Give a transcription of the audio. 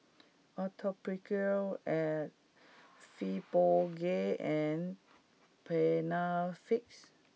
Atopiclair Fibogel and Panaflex